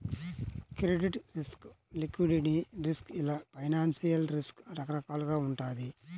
credit risk, liquidity risk ఇలా financial risk రకరకాలుగా వుంటది